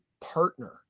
partner